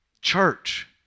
Church